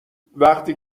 وقتی